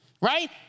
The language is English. right